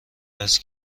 است